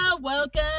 Welcome